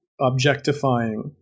objectifying